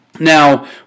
Now